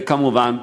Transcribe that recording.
כמובן,